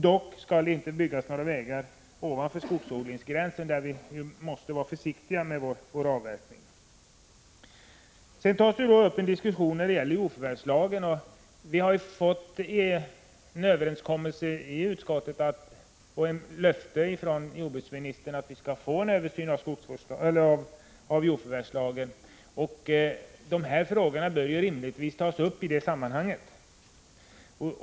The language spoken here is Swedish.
Dock skall det inte byggas några vägar ovanför skogsodlingsgränsen, där man måste vara försiktig med avverkning. Det har tagits upp en diskussion beträffande jordförvärvslagen. Vi har träffat en överenskommelse i utskottet och fått ett löfte från jordbruksministern om översyn av jordförvärvslagen. Dessa frågor bör rimligtvis tas upp i det sammanhanget.